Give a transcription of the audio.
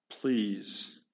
please